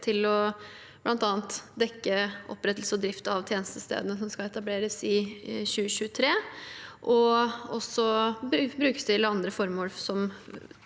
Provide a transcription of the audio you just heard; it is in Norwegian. å dekke opprettelse og drift av alle tjenestestedene som skal etableres i 2023, og også brukes til andre formål